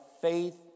faith